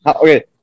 okay